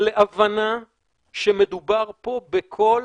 להבנה שמדובר פה בכל